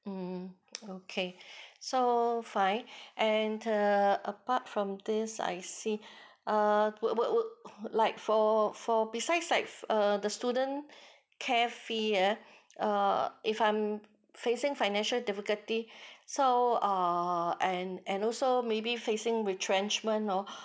hmm okay so fine and err apart from this I see err will will will like for for besides like uh the student care fee err err if I'm facing financial difficulty so err and and also maybe facing retrenchment orh